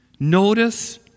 Notice